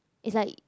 it's like